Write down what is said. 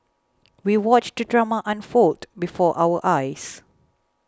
we watched the drama unfold before our eyes